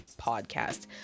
podcast